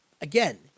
Again